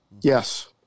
Yes